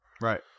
Right